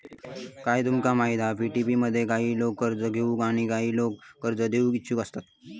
काय तुमका माहित हा पी.टू.पी मध्ये काही लोका कर्ज घेऊक आणि काही लोका कर्ज देऊक इच्छुक असतत